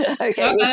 Okay